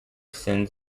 sins